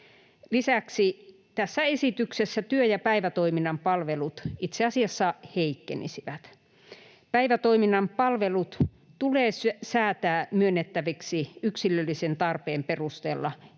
Lisäksi tässä esityksessä työ- ja päivätoiminnan palvelut itse asiassa heikkenisivät. Päivätoiminnan palvelut tulee säätää myönnettäviksi yksilöllisen tarpeen perusteella